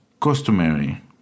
customary